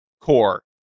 core